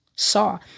Saw